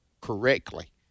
correctly